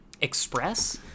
express